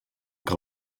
que